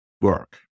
work